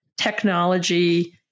technology